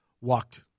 Walked